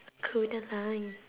kodaline